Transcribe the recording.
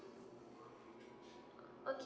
okay